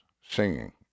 singing